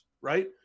right